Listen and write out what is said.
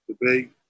debate